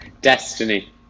Destiny